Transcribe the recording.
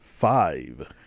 five